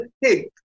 hey